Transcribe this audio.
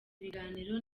ibiganiro